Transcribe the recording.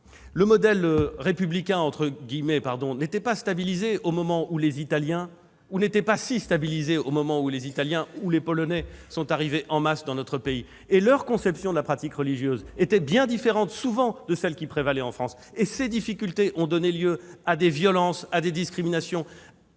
Le « modèle républicain » n'était pas si stabilisé au moment où les Italiens ou les Polonais sont arrivés en masse dans notre pays. Leur conception de la pratique religieuse était souvent bien différente de celle qui prévalait en France. Ces difficultés ont donné lieu à des violences, à des discriminations,